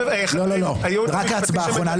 לא, לא, זה רק ההצבעה האחרונה.